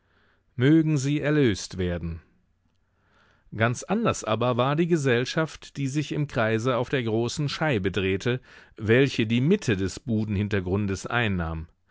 mögen sie erlöst werden ganz anders aber war die gesellschaft die sich im kreise auf der großen scheibe drehte welche die mitte des budenhintergrundes einnahm